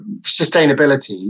sustainability